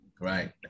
right